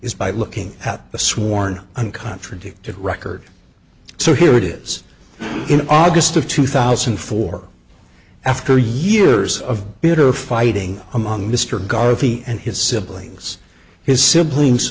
is by looking at the sworn and contradicted record so here it is in august of two thousand and four after years of bitter fighting among mr garvie and his siblings his siblings